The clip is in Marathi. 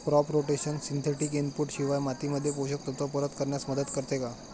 क्रॉप रोटेशन सिंथेटिक इनपुट शिवाय मातीमध्ये पोषक तत्त्व परत करण्यास मदत करते का?